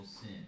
sin